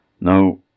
Now